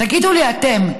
תגידו לי אתם,